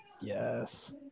Yes